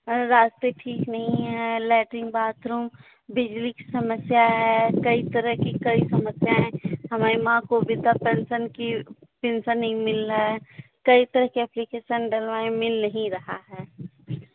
रास्ते ठीक नहीं है लेट्रिन बाथरूम बिजली की समस्या है कई तरह की कई समस्याएँ है हमारी माँ को विधवा पेंशन की पेंशन नहीं मिल रहा है कई तरह के अप्लिकेशन डलवाए मिल नहीं रहा है